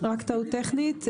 רק טעות טכנית,